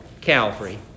Calvary